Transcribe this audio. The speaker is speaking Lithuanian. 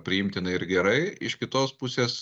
priimtina ir gerai iš kitos pusės